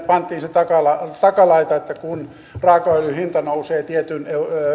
pantiin se takalaita että kun raakaöljyn hinta nousee tietyn